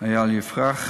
איל יפרח,